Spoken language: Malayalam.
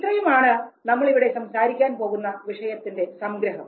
ഇത്രയും ആണ് നമ്മൾ ഇവിടെ സംസാരിക്കാൻ പോകുന്ന വിഷയത്തിൻറെ സംഗ്രഹം